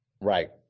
Right